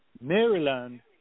maryland